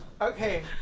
Okay